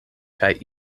kaj